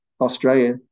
Australia